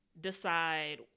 decide